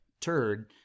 turd